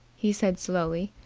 he said slowly,